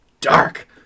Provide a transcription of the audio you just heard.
dark